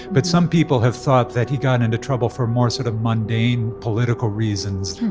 but some people have thought that he got into trouble for more sort of mundane political reasons.